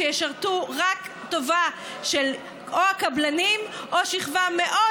שישרתו רק טובה של או הקבלנים או של שכבה מאוד